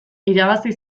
irabazi